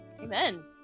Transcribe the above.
Amen